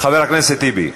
חבר הכנסת טיבי,